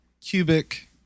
cubic